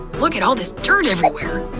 look at all this dirt everywhere!